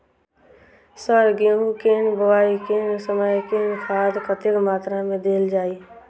Sir गेंहूँ केँ बोवाई केँ समय केँ खाद कतेक मात्रा मे देल जाएँ?